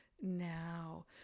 now